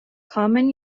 common